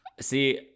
See